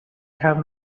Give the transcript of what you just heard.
have